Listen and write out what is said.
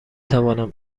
توانم